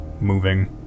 moving